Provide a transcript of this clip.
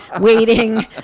waiting